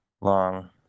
long